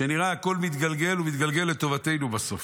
שנראה הכול מתגלגל, הוא מתגלגל לטובתנו בסוף.